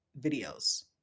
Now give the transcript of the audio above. videos